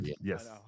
yes